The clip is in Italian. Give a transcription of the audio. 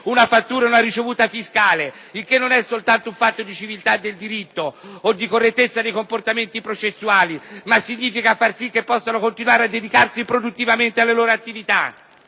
una fattura e una ricevuta fiscale. Ciò non soltanto costituisce un fatto di civiltà del diritto o di correttezza dei comportamenti processuali, ma significa far sì che questi lavoratori possano continuare a dedicarsi produttivamente alle loro attività.